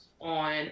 on